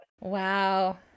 Wow